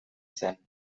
zen